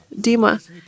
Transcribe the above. Dima